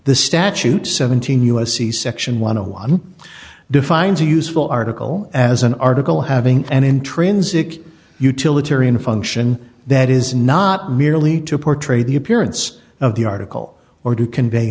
the statute seventeen u s c section one a one defines a useful article as an article having an intrinsic utilitarian function that is not merely to portray the appearance of the article or to convey